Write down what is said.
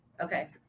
Okay